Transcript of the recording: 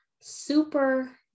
super